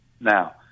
Now